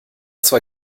zwar